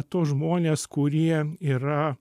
tuos žmones kurie yra